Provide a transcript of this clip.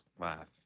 laugh